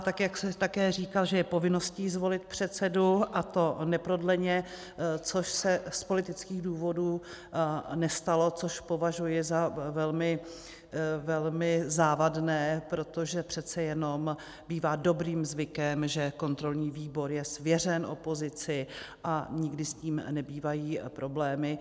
Jak jste také říkal, že je povinností zvolit předsedu, a to neprodleně, což se z politických důvodů nestalo, což považuji za velmi závadné, protože přece jenom bývá dobrým zvykem, že kontrolní výbor je svěřen opozici a nikdy s tím nebývají problémy.